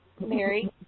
mary